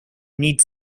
need